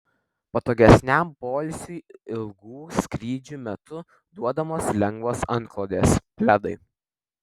patogesniam poilsiui ilgų skrydžių metu duodamos lengvos antklodės pledai